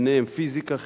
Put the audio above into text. ביניהם פיזיקה,